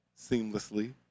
seamlessly